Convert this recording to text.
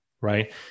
Right